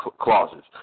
clauses